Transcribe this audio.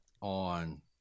on